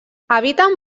habiten